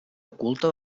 oculta